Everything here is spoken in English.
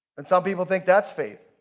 and some people think that's faith.